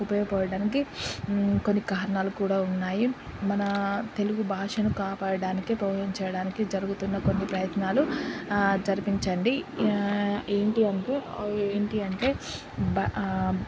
ఉపయోగ పడటానికి కొన్ని కారణాలు కూడా ఉన్నాయి మన తెలుగు భాషను కాపాడటానికి ఉపయోగించడానికి జరుగుతున్న కొన్ని ప్రయత్నాలు జరిపించండి ఏంటి అంటే ఏంటి అంటే భా